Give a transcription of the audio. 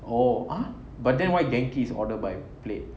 oh ah but then why genki is order by plate